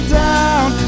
down